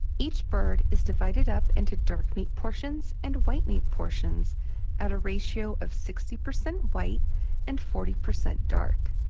each bird is divided up into dark meat portions and white meat portions at a ratio of sixty percent white and forty percent dark.